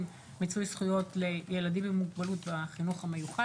מיצוי זכויות לילדים עם מוגבלות בחינוך המיוחד,